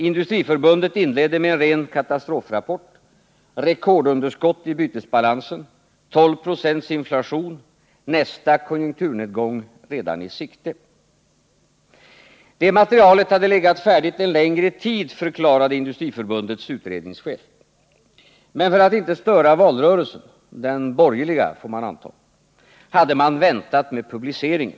Industriförbundet inledde med en ren katastrofrapport: rekordunderskott i bytesbalansen, 12 96 inflation och nästa konjunkturnedgång redan i sikte. Det materialet hade legat färdigt en längre tid, förklarade Industriförbundets utredningschef, men för att inte störa valrörelsen — den borgerliga, får man anta — hade man väntat med publiceringen.